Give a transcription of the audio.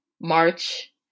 March